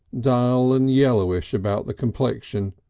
dull and yellowish about the complexion,